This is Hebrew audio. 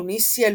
תוניסיה,